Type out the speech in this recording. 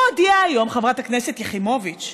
הוא הודיע היום, חברת הכנסת יחימוביץ,